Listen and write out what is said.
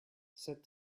said